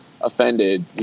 offended